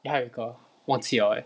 还有一个忘记了 leh